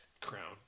Crown